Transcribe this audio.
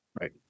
Right